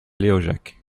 léojac